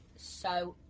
so,